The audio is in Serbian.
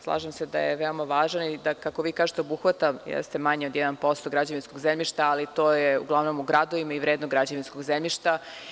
Slažem se da je veoma važan i da, kako vi kažete, obuhvata manje od 1% građevinskog zemljišta, ali to je uglavnom u gradovima i vredno građevinsko zemljište.